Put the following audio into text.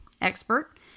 expert